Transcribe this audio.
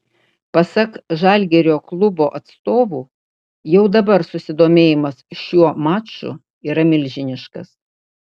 pasak žalgirio klubo atstovų jau dabar susidomėjimas šiuo maču yra milžiniškas